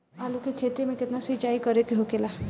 आलू के खेती में केतना सिंचाई करे के होखेला?